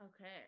Okay